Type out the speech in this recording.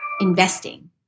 Investing